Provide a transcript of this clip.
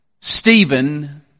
Stephen